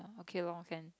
okay lor can